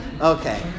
okay